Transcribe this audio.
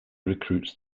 recruits